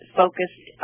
focused